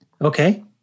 Okay